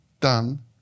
done